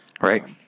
Right